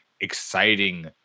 exciting